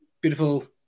beautiful